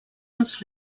els